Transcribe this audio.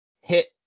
hit –